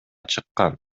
чыккан